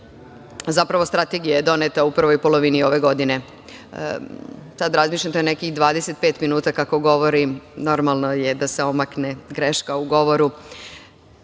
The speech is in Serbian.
Zapravo, Strategija je doneta u prvoj polovini ove godine. Razmišljam, to je nekih 25 minuta kako govorim, normalno je da se omakne greška u govoru. Suština